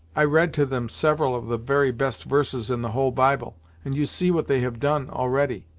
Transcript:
i read to them several of the very best verses in the whole bible, and you see what they have done, already.